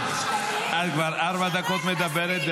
את כבר ארבע דקות מדברת,